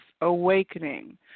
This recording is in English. awakening